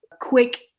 quick